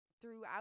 Throughout